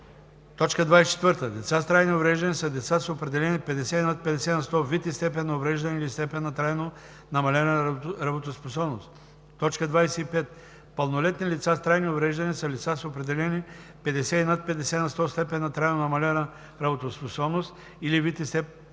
24. „Деца с трайни увреждания“ са деца с определени 50 и над 50 на сто вид и степен на увреждане или степен на трайно намалена работоспособност. 25. „Пълнолетни лица с трайни увреждания“ са лица с определени 50 и над 50 на сто степен на трайно намалена работоспособност или вид и степен на